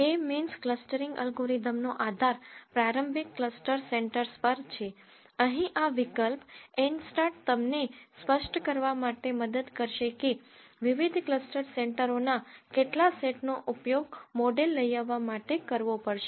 કે means clustering અલ્ગોરિધમનો આધાર પ્રારંભિક ક્લસ્ટર સેન્ટરસ પર છે અહીં આ વિકલ્પ એનસ્ટાર્ટ તમને સ્પષ્ટ કરવા માટે મદદ કરશે કે વિવિધ ક્લસ્ટર સેન્ટરો ના કેટલા સેટનો ઉપયોગ મોડેલ લઇ આવવા માટે કરવો પડશે